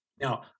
Now